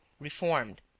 reformed